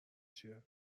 چیه